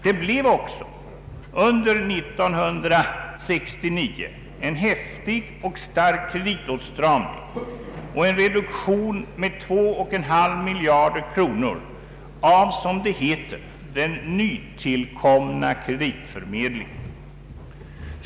Det blev också en häftig och stark kreditåtstramning och en reduktion med 2,5 miljarder kronor av, som det heter, den nytillkomna kreditförmedlingen.